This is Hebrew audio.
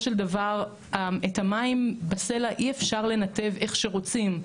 של דבר את המים בסלע אי אפשר לנתב איך שרוצים,